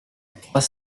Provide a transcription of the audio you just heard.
trois